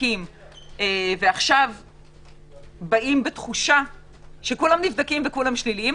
ועכשיו באים בתחושה שכולם נבדקים וכולם שליליים,